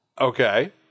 Okay